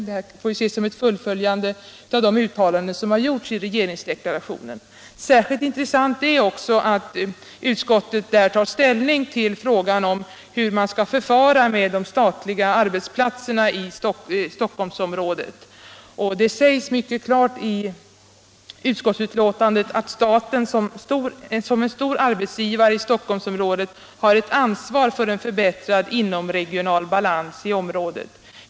Detta bör ses som ett fullföljande av de uttalanden som gjordes i regeringsdeklarationen. Särskilt intressant är. också att arbetsmarknadsutskottet där tar ställning till frågan hur man skall förfara med de statliga arbetsplatserna i Stockholmsområdet. Det sägs mycket klart i texten till utskottsbetänkandet att ”staten såsom en stor arbetsgivare i Stockholmsområdet har ett ansvar för en förbättrad inomregional balans i området.